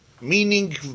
Meaning